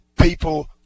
people